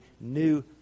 new